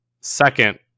Second